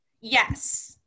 yes